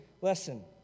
lesson